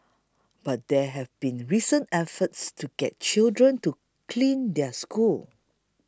but there have been recent efforts to get children to clean their schools